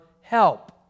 help